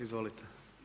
Izvolite.